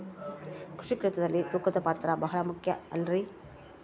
ಕೃಷಿ ಕ್ಷೇತ್ರದಲ್ಲಿ ತೂಕದ ಪಾತ್ರ ಬಹಳ ಮುಖ್ಯ ಅಲ್ರಿ?